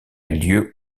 lieu